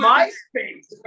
MySpace